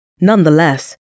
Nonetheless